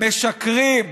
משקרים.